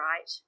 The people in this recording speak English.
right